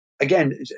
again